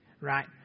right